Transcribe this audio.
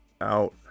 out